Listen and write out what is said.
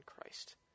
Christ